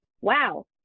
Wow